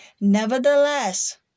Nevertheless